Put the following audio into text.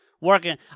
working